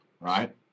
Right